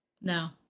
No